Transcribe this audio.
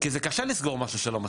כי זה קשה לסגור משהו שלא מצליח.